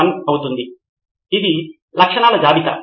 Nitin Kurian basic cloud infra అవును